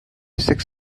six